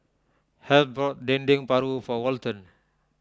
Heath bought Dendeng Paru for Walton